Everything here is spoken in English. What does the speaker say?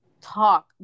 talk